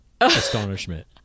astonishment